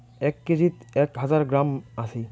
এক কেজিত এক হাজার গ্রাম আছি